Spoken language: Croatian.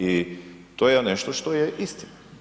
I to je nešto što je istina.